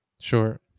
Sure